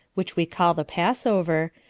which we call the passover,